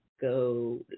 go